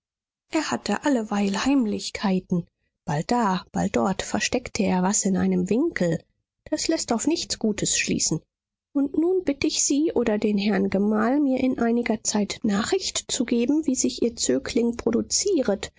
er hatte alleweil heimlichkeiten bald da bald dort versteckt er was in einem winkel das läßt auf nichts gutes schließen und nun bitte ich sie oder den herrn gemahl mir in einiger zeit nachricht zu geben wie sich ihr zögling produzieret